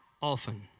often